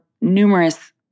numerous